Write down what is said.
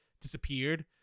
disappeared